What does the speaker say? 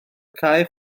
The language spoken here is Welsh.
cae